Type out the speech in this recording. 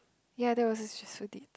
ya that was a stressful date